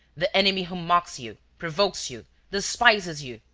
the enemy who mocks you, provokes you, despises you,